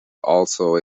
also